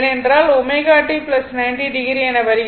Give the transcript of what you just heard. ஏனென்றால் ω t 90 o என வருகிறது